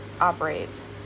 operates-